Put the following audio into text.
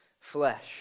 flesh